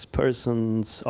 person's